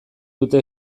dute